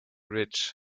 rich